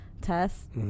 Test